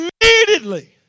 immediately